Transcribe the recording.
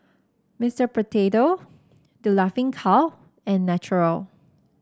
Mister Potato The Laughing Cow and Naturel